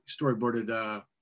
storyboarded